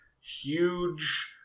huge